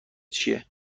چیه